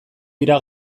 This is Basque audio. dira